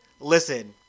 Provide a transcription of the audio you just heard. listen